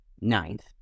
ninth